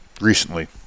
recently